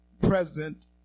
president